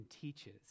teaches